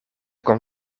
kon